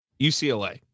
UCLA